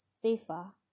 Safer